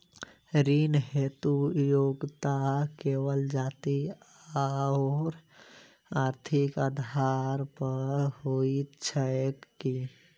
ऋण हेतु योग्यता केवल जाति आओर आर्थिक आधार पर होइत छैक की?